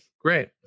great